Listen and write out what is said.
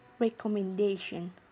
Recommendation